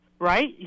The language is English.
Right